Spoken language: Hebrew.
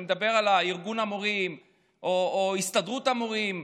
אני מדבר על ארגון המורים והסתדרות המורים,